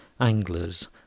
anglers